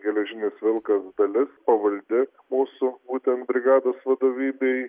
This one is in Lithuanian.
geležinis vilkas dalis pavaldi mūsų būtent brigados vadovybei